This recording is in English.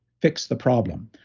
fix the problem.